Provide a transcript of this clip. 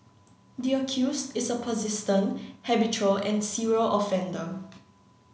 the accused is a persistent habitual and serial offender